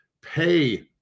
pay